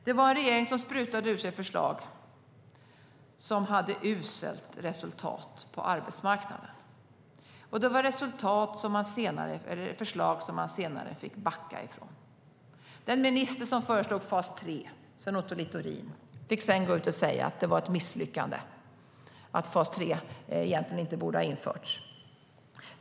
Det var en regering som sprutade ur sig förslag som gav uselt resultat på arbetsmarknaden, förslag som man senare fick backa från. Den minister som föreslog fas 3, Sven Otto Littorin, fick gå ut och säga att det var ett misslyckande, att fas 3 egentligen inte borde ha införts.